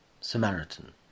Samaritan